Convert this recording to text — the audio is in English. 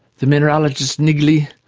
the mineralogist niggli,